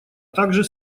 также